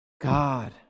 God